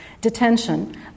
detention